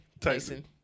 Tyson